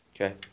Okay